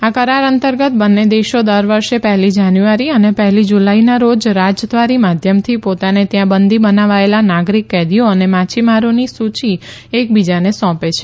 આ કરાર અંતર્ગત બંને દેશો દર વર્ષે પહેલી જાન્યુઆરી અને પહેલી જુલાઇના રોજ રાજદ્વારી માધ્યમથી પોતાને ત્યાં બંદી બનાવાયેલા નાગરીક કેદીઓ અને માછીમારોની સુચી એકબીજાને સોપે છે